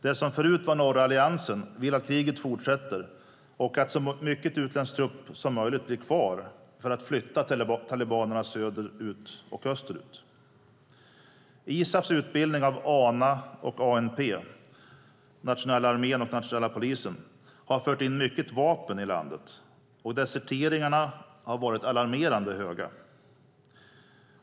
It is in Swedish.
Det som förut var norra alliansen vill att kriget fortsätter och att så mycket utländsk trupp som möjligt blir kvar för att flytta talibanerna söder och österut. ISAF:s utbildning av ANA och ANP, nationella armén och nationella polisen, har fört in mycket vapen i landet, och antalet deserteringarna har varit alarmerande högt.